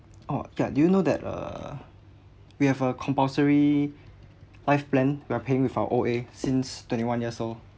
oh ya do you know that ugh we have a compulsory life plan we're paying with our O_A since twenty one years old